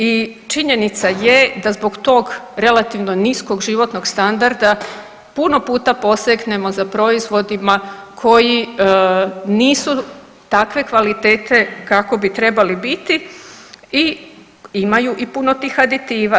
I činjenica je da zbog tog relativno niskog životnog standarda puno puta posegnemo za proizvodima koji nisu takve kvalitete kako bi trebali biti i imaju i puno tih aditiva.